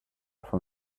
from